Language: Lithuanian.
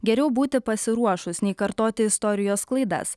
geriau būti pasiruošus nei kartoti istorijos klaidas